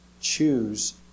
choose